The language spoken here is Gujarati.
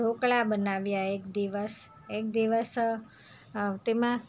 ઢોકળા બનાવ્યાં એક દિવસ એક દિવસ તેમાં